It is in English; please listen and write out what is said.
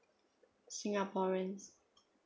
singaporeans